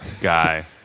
guy